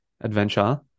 adventure